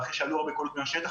אחרי תלונות שעלו מהשטח,